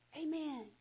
Amen